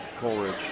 coleridge